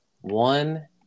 one